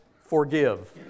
forgive